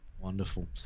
wonderful